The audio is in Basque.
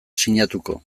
sinatuko